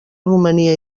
romania